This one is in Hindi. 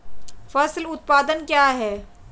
फसल उत्पादन क्या है?